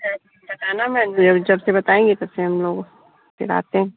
तो जब से बताएंगी तब से हम लोग फिर आते हैं